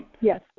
Yes